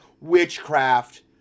witchcraft